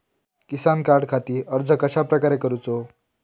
किसान कार्डखाती अर्ज कश्याप्रकारे करूचो?